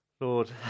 Lord